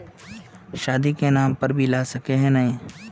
शादी के नाम पर भी ला सके है नय?